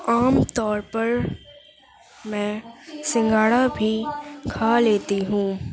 عام طور پر میں سنگھارا بھی کھا لیتی ہوں